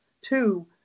two